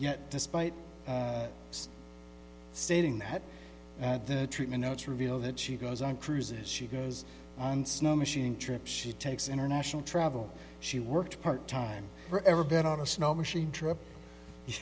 yet despite stating that the treatment notes reveal that she goes on cruises she goes on snowmachine trips she takes international travel she worked part time or ever been on a snow machine trip y